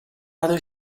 other